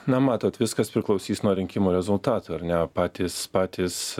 na matot viskas priklausys nuo rinkimų rezultatų ar ne o patys patys